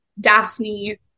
Daphne